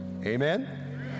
Amen